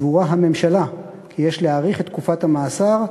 הממשלה סבורה כי יש להאריך את תקופת המאסר,